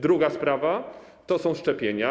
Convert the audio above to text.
Druga sprawa to szczepienia.